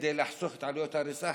כדי לחסוך את עלויות ההריסה,